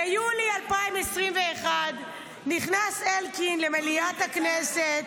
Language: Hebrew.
ביולי 2021 נכנס אלקין למליאת הכנסת,